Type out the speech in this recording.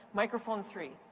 microphone three.